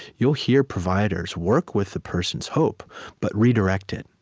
you'll hear providers work with the person's hope but redirect it.